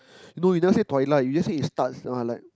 no you don't say twilight you just say it's start twilight